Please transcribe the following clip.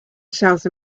south